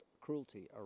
cruelty